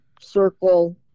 circle